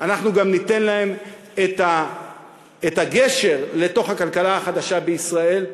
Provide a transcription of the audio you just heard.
אנחנו ניתן להם את הגשר לתוך הכלכלה החדשה בישראל?